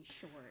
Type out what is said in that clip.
short